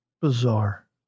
bizarre